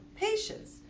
patients